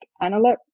analog